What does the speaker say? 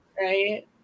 right